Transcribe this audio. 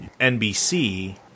NBC